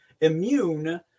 immune